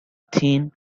thin